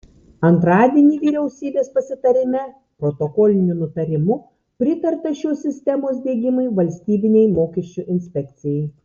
antradienį vyriausybės pasitarime protokoliniu nutarimu pritarta šios sistemos diegimui vmi